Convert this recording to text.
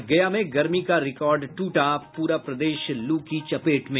और गया में गर्मी का रिकार्ड टूटा पूरा प्रदेश लू की चपेट में